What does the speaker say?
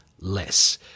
less